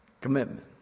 commitment